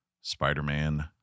Spider-Man